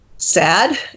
Sad